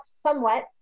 somewhat